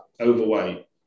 overweight